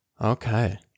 Okay